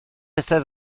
pethau